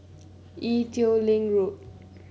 Ee Teow Leng Road